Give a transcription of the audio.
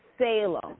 Salem